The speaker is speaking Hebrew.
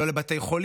לא לבתי חולים.